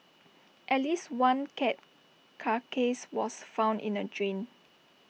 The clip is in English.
at least one cat carcass was found in A drain